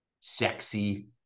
sexy